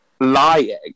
Lying